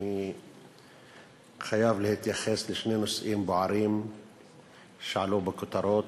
אני חייב להתייחס לשני נושאים בוערים שעלו בכותרות: